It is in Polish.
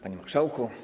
Panie Marszałku!